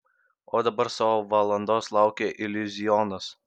o dabar savo valandos laukia iliuzionas